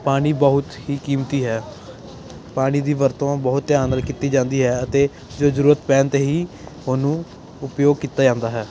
ਪਾਣੀ ਬਹੁਤ ਹੀ ਕੀਮਤੀ ਹੈ ਪਾਣੀ ਦੀ ਵਰਤੋਂ ਬਹੁਤ ਧਿਆਨ ਨਾਲ ਕੀਤੀ ਜਾਂਦੀ ਹੈ ਅਤੇ ਜੋ ਜ਼ਰੂਰਤ ਪੈਣ 'ਤੇ ਹੀ ਉਹਨੂੰ ਉਪਯੋਗ ਕੀਤਾ ਜਾਂਦਾ ਹੈ